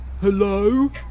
Hello